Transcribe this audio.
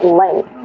length